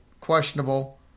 questionable